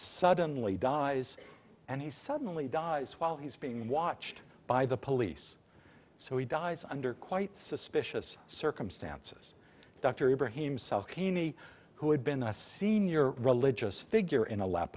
suddenly dies and he suddenly dies while he's being watched by the police so he dies under quite suspicious circumstances dr ibrahim sal caney who had been a senior religious figure in